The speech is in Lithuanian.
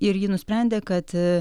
ir ji nusprendė kad aa